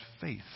faith